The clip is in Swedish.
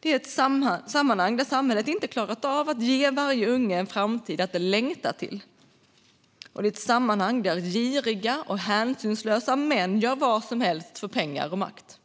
Det är ett sammanhang där samhället inte har klarat av att ge varje unge en framtid att längta till, och det är ett sammanhang där giriga och hänsynslösa män gör vad som helst för pengar och makt.